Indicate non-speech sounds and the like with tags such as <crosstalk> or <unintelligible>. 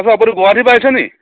<unintelligible> আপুনি গুৱাহাটী পৰা আহিছে নি